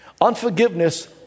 Unforgiveness